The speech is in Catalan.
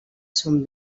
són